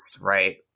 right